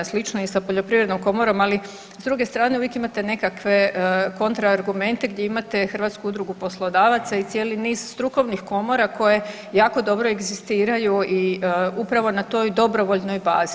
Slično je i sa Poljoprivrednom komorom, ali s druge strane uvijek imate nekakve kontra argumente gdje imate Hrvatsku udrugu poslodavaca i cijeli niz strukovnih komora koje jako dobro egzistiraju i upravo na toj dobrovoljnoj bazi.